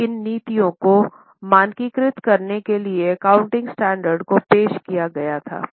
अब इन नीतियों को मानकीकृत करने के लिए एकाउंटिंग स्टैंडर्ड को पेश किया गया था